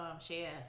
share